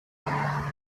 now